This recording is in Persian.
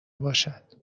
باشد